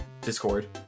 Discord